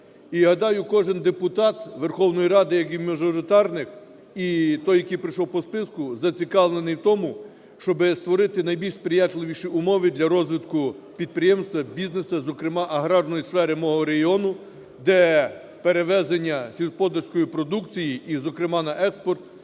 кожен депутат Верховної Ради, як і мажоритарник, і той, який прийшов по списку, зацікавлений в тому, щоби створити найбільш сприятливіші умови для розвитку підприємництва, бізнесу, зокрема аграрної сфери мого регіону, де перевезення сільськогосподарської продукції і, зокрема, на експорт